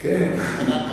אמרתי: יוחנן.